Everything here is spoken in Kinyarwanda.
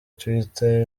twitter